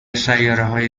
سیارههای